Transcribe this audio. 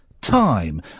time